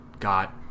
got